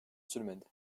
sürmedi